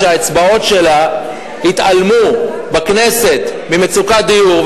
שהאצבעות שלה בכנסת יתעלמו ממצוקת דיור.